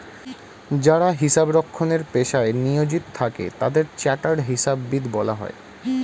যারা হিসাব রক্ষণের পেশায় নিয়োজিত থাকে তাদের চার্টার্ড হিসাববিদ বলা হয়